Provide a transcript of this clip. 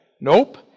Nope